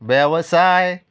वेवसाय